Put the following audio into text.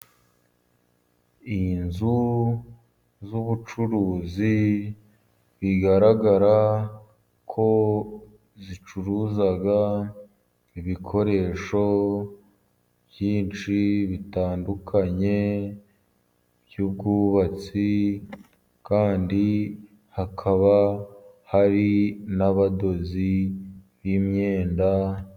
Inzu z'ubucuruzi ,bigaragara ko zicuruza ibikoresho byinshi bitandukanye by'ubwubatsi, kandi hakaba hari n'abadozi b'imyenda.